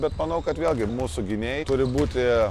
bet manau kad vėlgi mūsų gynėjai turi būti